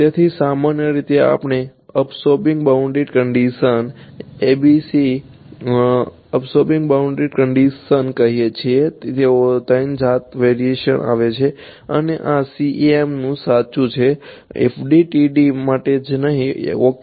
તેથી સામાન્ય રીતે આપણે અબ્સોર્બિંગ બાઉન્ડ્રી કંડીશન ને ABCs આવે છે અને આ CEMનું સાચું છે માત્ર FDTD માટે જ નહિ ઓકે